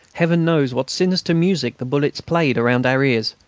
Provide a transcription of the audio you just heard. heaven knows what sinister music the bullets played around our ears!